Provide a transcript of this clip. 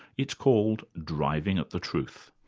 it's called driving at the truth.